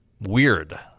weird